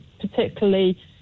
particularly